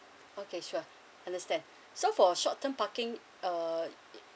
okay sure understand so for short term parking uh